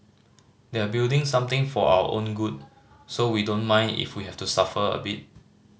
they're building something for our own good so we don't mind if we have to suffer a bit